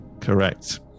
Correct